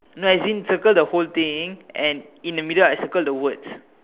no as in circle the whole thing and in the middle I circle the words